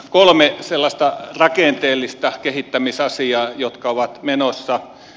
kolme sellaista rakenteellista kehittämisasiaa jotka ovat menossa